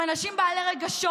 עם אנשים בעלי רגשות.